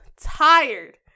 tired